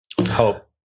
hope